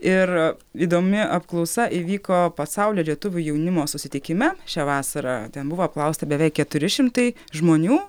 ir įdomi apklausa įvyko pasaulio lietuvių jaunimo susitikime šią vasarą ten buvo apklausta beveik keturi šimtai žmonių